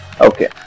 okay